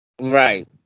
right